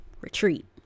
retreat